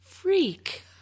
freak